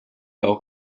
auch